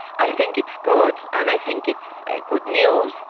i think it's good and i think it's good news.